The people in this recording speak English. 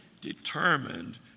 determined